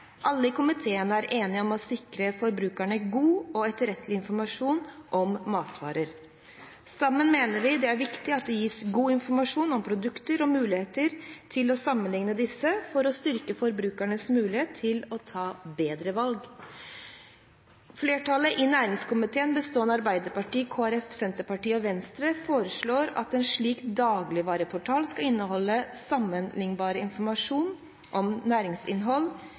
Alle i komiteen er enige om å sikre forbrukerne god og etterrettelig informasjon om matvarer. Sammen mener vi det er viktig at det gis god informasjon om produkter og mulighet til å sammenligne disse for å styrke forbrukernes mulighet til å ta bedre valg. Flertallet i næringskomiteen, bestående av Arbeiderpartiet, Kristelig Folkeparti, Senterpartiet og Venstre, foreslår at en dagligvareportal skal inneholde sammenlignbar informasjon om næringsinnhold,